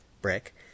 brick